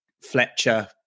Fletcher